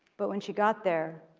but when she got there,